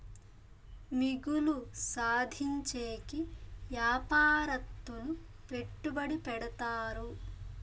మిగులు సాధించేకి యాపారత్తులు పెట్టుబడి పెడతారు